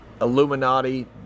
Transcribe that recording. Illuminati